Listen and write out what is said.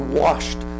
washed